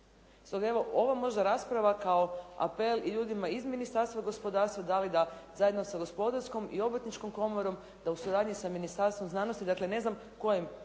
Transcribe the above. Stoga evo ova možda rasprava kao apel i ljudima iz Ministarstva gospodarstva da li da zajedno sa gospodarskom i obrtničkom komorom, da u suradnji sa Ministarstvom znanosti, dakle ne znam kojem.